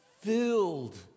filled